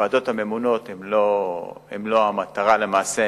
הוועדות הממונות הן לא המטרה למעשה,